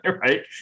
right